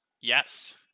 Yes